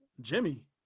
Jimmy